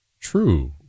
true